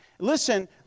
Listen